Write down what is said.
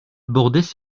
bordaient